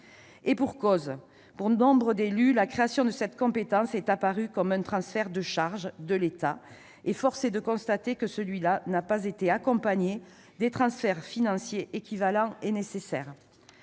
Et pour cause ! Pour nombre d'élus, la création de cette compétence est apparue comme un transfert de charges de l'État. Force est de constater qu'il n'a pas été accompagné des transferts financiers équivalents et nécessaires.